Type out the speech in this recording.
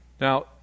Now